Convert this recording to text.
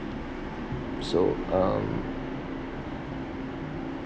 so um